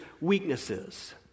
weaknesses